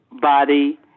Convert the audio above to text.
body